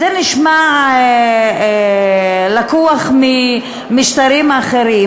זה נשמע לקוח ממשטרים אחרים.